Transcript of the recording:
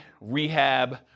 rehab